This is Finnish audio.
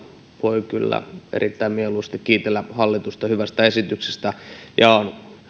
voi kyllä erittäin mieluusti kiitellä hallitusta hyvästä esityksestä ja on